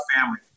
family